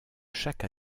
chaque